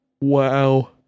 Wow